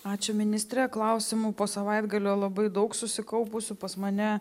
ačiū ministre klausimų po savaitgalio labai daug susikaupusių pas mane